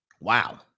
Wow